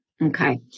Okay